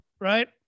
right